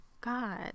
God